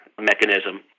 mechanism